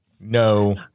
no